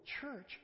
church